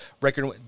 record